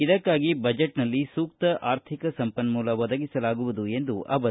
ಇದಕ್ಕಾಗಿ ಬಜೆಟ್ನಲ್ಲಿ ಸೂಕ್ತ ಆರ್ಥಿಕ ಸಂಪನ್ನೂಲ ಒದಗಿಸಲಾಗುವುದು ಎಂದರು